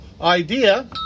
idea